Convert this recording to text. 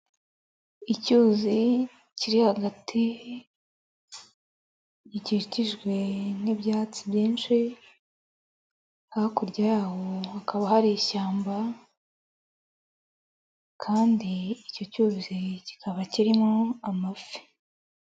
Icyuzi kiri hagati gikikijwe n'ibyatsi byinshi, hakurya yaho hakaba hari ishyamba kandi icyo cyuzi kikaba kirimo amafi.